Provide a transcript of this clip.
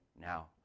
now